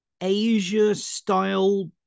Asia-style